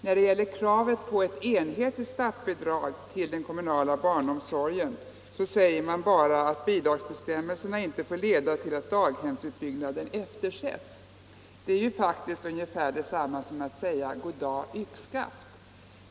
När det gäller kravet på ett enhetligt statsbidrag till den kommunala barnomsorgen säger man bara att bidragsbestämmelserna inte får leda till att daghemsutbyggnaden eftersätts. Det är ungefär detsamma som att säga ”Goddag - yxskaft”.